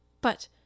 But—